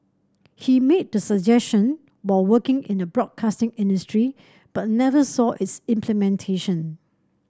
he made the suggestion while working in the broadcasting industry but never saw its implementation